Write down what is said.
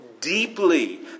deeply